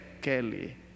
Kelly